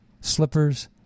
slippers